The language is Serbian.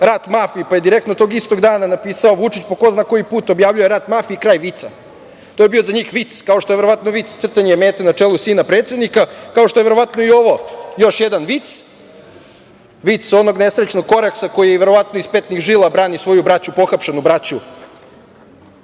rat mafiji, pa je „Direktno“ tog istog dana napisao „Vučić po ko zna koji put objavljuje rat mafiji, kraj vica“. To je bio za njih vic, kao što je verovatno vic crtanje mete na čelu sina predsednika, kao što je verovatno i ovo još jedan vic, vic onog nesrećnog Koraksa, koji verovatno iz petnih žila brani svoju braću, pohapšenu braću